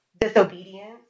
disobedience